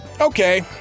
Okay